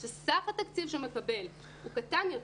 שסך התקציב שהוא מקבל הוא קטן יותר,